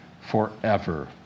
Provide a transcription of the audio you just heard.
forever